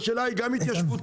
השאלה היא גם התיישבותית,